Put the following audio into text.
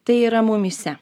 tai yra mumyse